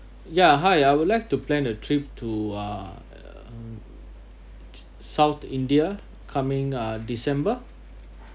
yeah hi I would like to plan a trip to uh south india coming uh december